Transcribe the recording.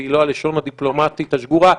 והיא לא הלשון הדיפלומטית השגורה,